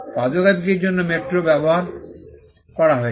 পাদুকা বিক্রির জন্য মেট্রো ব্যবহার করা হয়েছে